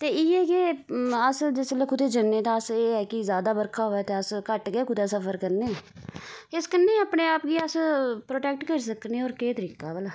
ते इयै के अस जिसलै कुतै जन्ने ते अस एह् ऐ कि ज्यादा बर्खा होवे ते अस्स घट्ट गै कुतै सफर करने इस कन्नै अपने आप गी अस प्रोटेक्ट करी सकने आं और केह् तरीका भला